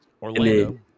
Orlando